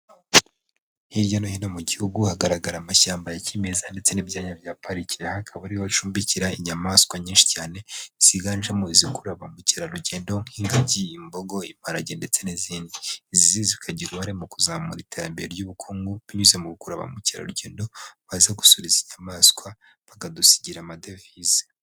Hirya no hino mu gihugu hagaragara amashyamba ya kimeza ndetse n'ibyanya bya pariki, aha hakaba arih hacumbikira inyamaswa nyinshi cyane ziganjemo izikurura ba mukerarugendo nk'ingagi, imbogo, imparage ndetse n'izindi. Izi zikagira uruhare mu kuzamura iterambere ry'ubukungu binyuze mu gukurura ba mukerarugendo baza gusura izi nyamaswa bakadusigira amadevize.